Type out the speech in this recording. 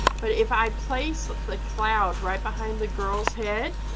but if i place but the cloud right behind the girls head